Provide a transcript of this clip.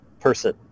person